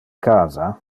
casa